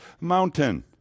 mountain